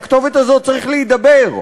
עם הכתובת הזאת צריך להידבר.